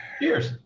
Cheers